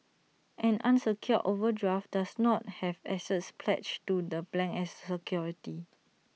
an unsecured overdraft does not have assets pledged to the as security